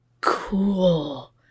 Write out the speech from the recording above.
Cool